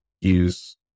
use